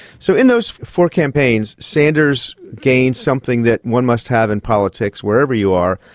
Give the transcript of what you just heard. so in those four campaigns, sanders gained something that one must have in politics wherever you are,